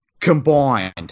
combined